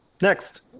Next